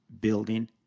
building